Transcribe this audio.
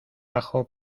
ajo